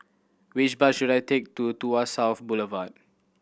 which bus should I take to Tuas South Boulevard